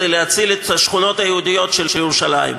כדי להציל את השכונות היהודיות של ירושלים,